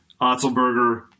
Otzelberger